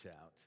out